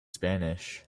spanish